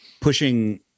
pushing